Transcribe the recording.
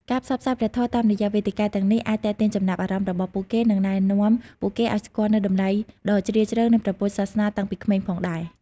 ការផ្សព្វផ្សាយព្រះធម៌តាមរយៈវេទិកាទាំងនេះអាចទាក់ទាញចំណាប់អារម្មណ៍របស់ពួកគេ និងណែនាំពួកគេឱ្យស្គាល់នូវតម្លៃដ៏ជ្រាលជ្រៅនៃព្រះពុទ្ធសាសនា តាំងពីក្មេងផងដែរ។